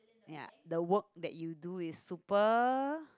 ya the work that you do is super